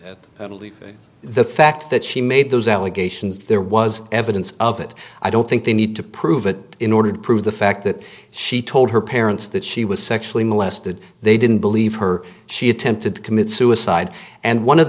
admitted the fact that she made those allegations there was evidence of it i don't think they need to prove it in order to prove the fact that she told her parents that she was sexually molested they didn't believe her she attempted to commit suicide and one of